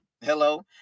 Hello